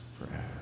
forever